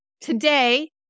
today